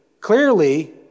clearly